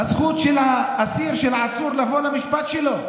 בזכות של האסיר, של העצור, לבוא למשפט שלו.